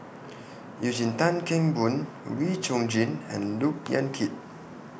Eugene Tan Kheng Boon Wee Chong Jin and Look Yan Kit